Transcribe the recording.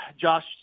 Josh